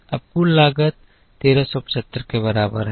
अब कुल लागत 1375 के बराबर है